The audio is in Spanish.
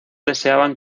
deseaban